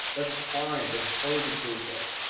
that's fine that's part of the process.